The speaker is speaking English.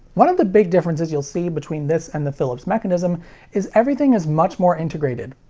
one of the big differences you'll see between this and the philips mechanism is everything is much more integrated.